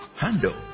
handle